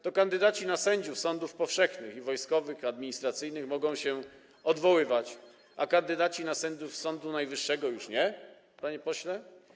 To kandydaci na sędziów sądów powszechnych, wojskowych i administracyjnych mogą się odwoływać, a kandydaci na sędziów Sądu Najwyższego już nie, panie pośle?